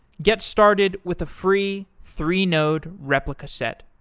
get started with a free three-node replica set,